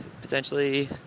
potentially